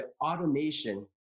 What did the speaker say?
automation